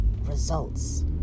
results